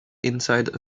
inside